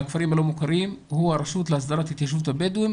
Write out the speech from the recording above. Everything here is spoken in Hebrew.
הוא הרשות להסדרת התיישבות הבדואים,